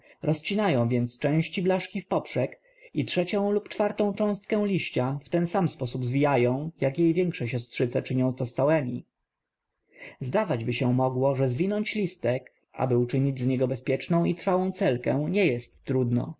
rozcinają więc część blaszki w poprzek i trzecią lub czwartą cząstkę liścia w ten sam sposób zwijają jak jej większe siostrzyce czynią to z całemi zdawaćby się mogło że zwinąć listek aby uczynić z niego bezpieczną i trwałą celkę nie jest trudno